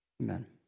amen